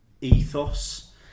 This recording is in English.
ethos